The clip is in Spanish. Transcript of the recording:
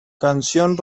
canción